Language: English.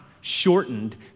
shortened